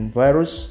virus